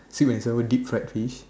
sweet and sour deep fried fish